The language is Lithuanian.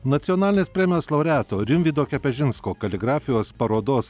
nacionalinės premijos laureato rimvydo kepežinsko kaligrafijos parodos